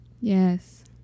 yes